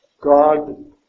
God